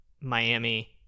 Miami